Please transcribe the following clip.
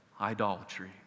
idolatry